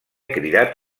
cridat